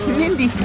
mindy,